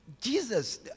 Jesus